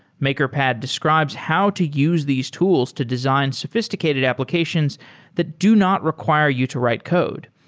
makerpad describes how to use these tools to design sophisticated applications that do not require you to write code,